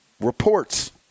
Reports